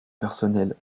personnel